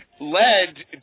led